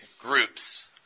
groups